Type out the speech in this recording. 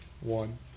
One